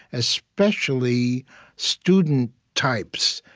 especially student types,